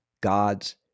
God's